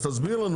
אז תסביר לנו.